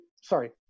sorry